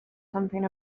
something